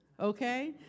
Okay